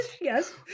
Yes